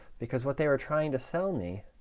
because what they were trying to sell me